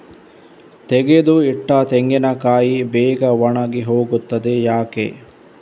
ತೆಗೆದು ಇಟ್ಟ ತೆಂಗಿನಕಾಯಿ ಬೇಗ ಒಣಗಿ ಹೋಗುತ್ತದೆ ಯಾಕೆ?